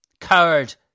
Coward